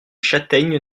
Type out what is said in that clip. châtaignes